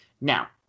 Now